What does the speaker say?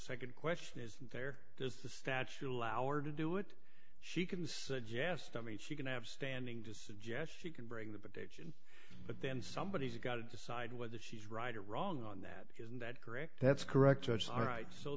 nd question is there does the statue allow or to do it she can suggest i mean she can have standing to suggest she can bring the petition but then somebody has got to decide whether she's right or wrong on that isn't that correct that's correct so it's all right so